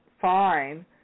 fine